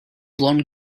blonde